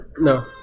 No